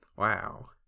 Wow